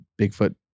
Bigfoot